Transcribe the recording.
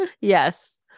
Yes